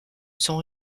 sont